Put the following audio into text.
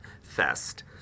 Fest